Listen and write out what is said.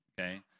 okay